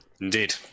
Indeed